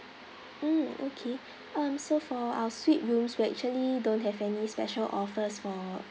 mm okay um so for our suite rooms we actually don't have any special offers for